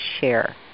share